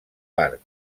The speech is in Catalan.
parc